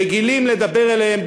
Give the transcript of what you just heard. רגילים לדבר אליהם,